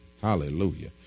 Hallelujah